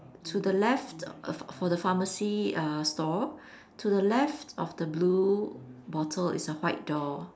to the left for the pharmacy uh stall to the left of the blue bottle is a white door